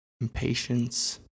impatience